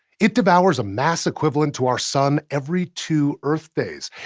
it devours a mass equivalent to our sun every two earth-days,